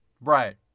Right